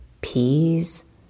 peas